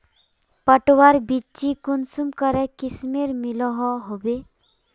पटवार बिच्ची कुंसम करे किस्मेर मिलोहो होबे?